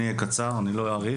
אני אדבר בקצרה, אני לא אאריך.